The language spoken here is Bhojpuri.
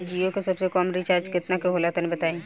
जीओ के सबसे कम रिचार्ज केतना के होला तनि बताई?